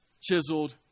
chiseled